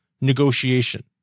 negotiation